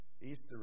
Easter